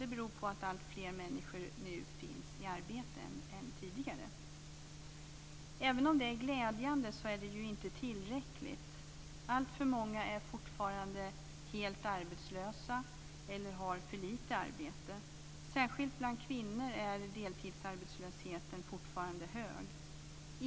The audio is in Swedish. Det beror på att fler människor finns i arbete nu än tidigare. Även om det är glädjande är det inte tillräckligt. Alltför många är fortfarande helt arbetslösa eller har för lite arbete. Särskilt bland kvinnor är deltidsarbetslösheten fortfarande hög.